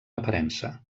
aparença